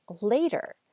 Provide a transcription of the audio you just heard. later